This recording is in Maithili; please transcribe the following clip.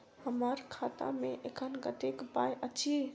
हम्मर खाता मे एखन कतेक पाई अछि?